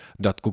datku